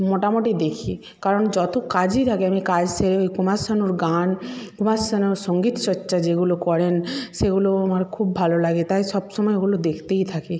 মোটামটি দেখি কারণ যতো কাজই থাকে আমি কাজ সেরে ওই কুমার শানুর গান কুমার শানুর সঙ্গীত চর্চা যেগুলো করেন সেইগুলো আমার খুব ভালো লাগে তাই সব সময় ওগুলো দেখতেই থাকি